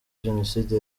jenoside